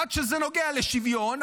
עד שזה נוגע לשוויון,